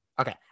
Okay